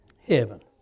heaven